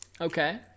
Okay